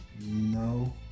No